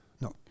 no